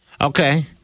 Okay